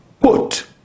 quote